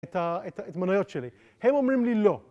את ההתמנויות שלי. הם אומרים לי לא.